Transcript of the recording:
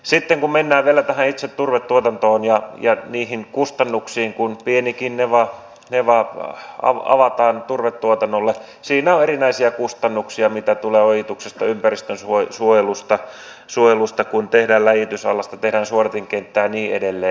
sitten kun mennään vielä tähän itse turvetuotantoon ja niihin kustannuksiin niin kun pienikin neva avataan turvetuotannolle siinä on erinäisiä kustannuksia mitä tulee ojituksesta ympäristönsuojelusta kun tehdään läjitysallasta tehdään suodatinkenttää ja niin edelleen